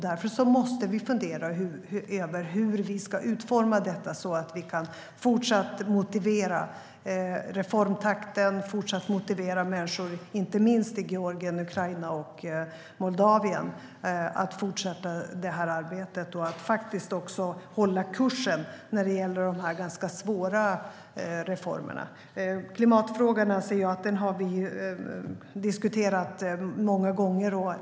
Därför måste vi fundera över hur vi ska utforma detta så att vi fortsatt kan motivera reformtakten och motivera människor, inte minst i Georgien, Ukraina och Moldavien, att fortsätta arbetet och hålla kursen när det gäller de här ganska svåra reformerna. Klimatfrågan anser jag att vi har diskuterat många gånger.